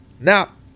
Now